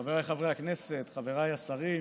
חבריי חברי הכנסת, חבריי השרים,